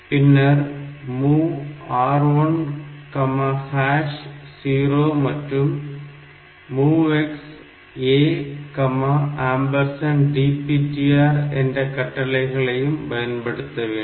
பின்னர் MOV R10 மற்றும் MOVX A DPTR என்ற கட்டளைகளையும் பயன்படுத்த வேண்டும்